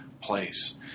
place